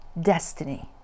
destiny